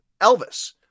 Elvis